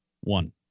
one